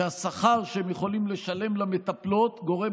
והשכר שהם יכולים לשלם למטפלות גורם